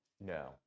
No